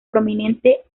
prominente